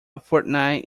fortnight